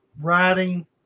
writing